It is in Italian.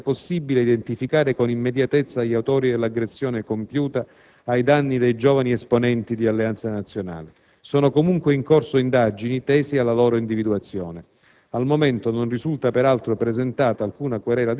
A causa della rapidità degli eventi, non è stato viceversa possibile identificare con immediatezza gli autori dell'aggressione compiuta ai danni dei giovani esponenti di Alleanza Nazionale; sono comunque in corso indagini tese alla loro individuazione.